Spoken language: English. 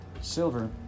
Silver